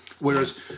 Whereas